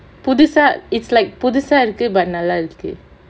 புதுசா:puthusaa is like புதுசா இருக்கு:puthusaa irukku but நல்லா இருக்கு:nallaa irukku